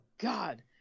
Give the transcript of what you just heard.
God